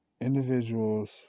individuals